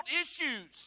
issues